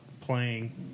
playing